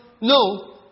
No